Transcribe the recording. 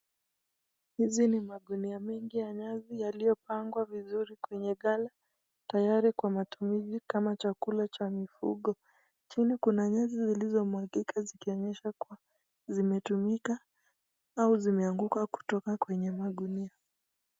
Hizi ni magunia mingi ya nyasi yaliopangwa vizuri kwenye gala tayari kwa matumizi kama chakula cha mifugo, chini kuna nyasi zilizomwagika, zikionyesha kuwa zimetumika au zimeanguka kutoka kwenye magunia.